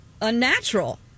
unnatural